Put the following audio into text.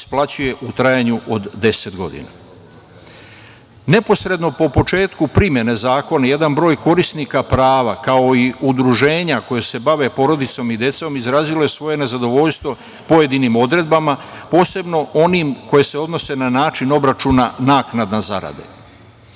isplaćuje u trajanju od 10 godina. Neposredno po početku primene zakona jedan broj korisnika prava, kao i udruženja koja se bave porodicom i decom izrazilo je svoje nezadovoljstvo pojedinim odredbama, posebno onim koje se odnose na način obračuna naknada zarade. Radi